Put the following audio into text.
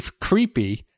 creepy